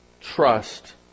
trust